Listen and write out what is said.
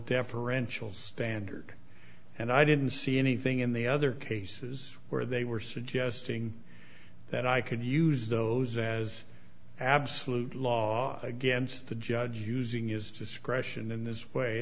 deferential standard and i didn't see anything in the other cases where they were suggesting that i could use those as absolute law against the judge using his discretion in